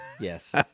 Yes